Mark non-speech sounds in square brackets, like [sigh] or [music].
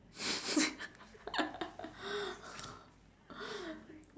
[laughs]